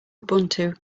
ubuntu